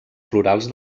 florals